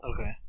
Okay